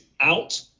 out